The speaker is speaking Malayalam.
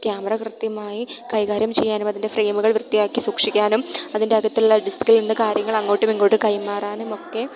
ക്യാമറ കൃത്യമായി കൈകാര്യം ചെയ്യാനും അതിൻ്റെ ഫ്രെയിമുകൾ വൃത്തിയാക്കി സൂക്ഷിക്കാനും അതിൻ്റെ അകത്തുള്ള ഡിസ്ക്കിൽ നിന്ന് കാര്യങ്ങൾ അങ്ങോട്ടും ഇങ്ങോട്ടും കൈമാറാനുമൊക്കെ